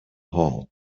hall